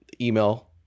Email